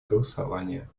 голосования